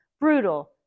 brutal